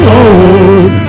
Lord